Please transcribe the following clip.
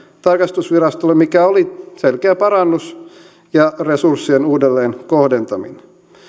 tarkastusvirastolle mikä oli selkeä parannus ja resurssien uudelleenkohdentaminen